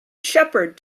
shepherd